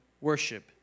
worship